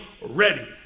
ready